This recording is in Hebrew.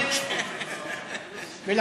את